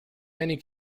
many